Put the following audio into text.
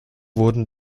wurden